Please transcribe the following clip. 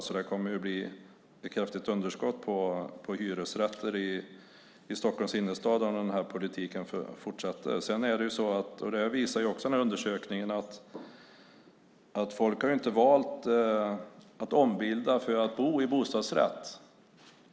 Så det kommer att bli ett kraftigt underskott på hyresrätter i Stockholms innerstad om den här politiken fortsätter. Undersökningen visar också att folk inte har valt att ombilda för att bo i bostadsrätt.